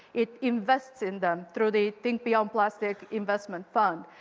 it invests in them through the think beyond plastic investment fund,